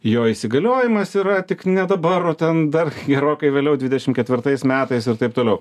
jo įsigaliojimas yra tik ne dabar o ten dar gerokai vėliau dvidešim ketvirtais metais ir taip toliau